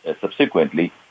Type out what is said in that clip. subsequently